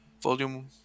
Volume